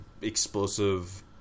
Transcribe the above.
explosive